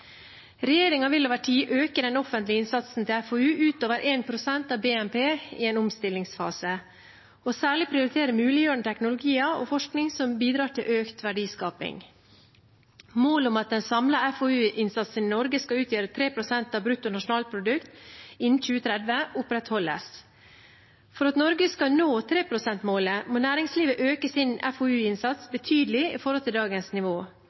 vil over tid øke den offentlige innsatsen til FoU utover 1 pst. av BNP i en omstillingsfase og særlig prioritere muliggjørende teknologier og forskning som bidrar til økt verdiskaping. Målet om at en samlet FoU-innsats i Norge skal utgjøre 3 pst. av bruttonasjonalprodukt innen 2030, opprettholdes. For at Norge skal nå 3-prosentmålet, må næringslivet øke sin FoU-innsats betydelig i forhold til dagens nivå.